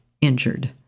injured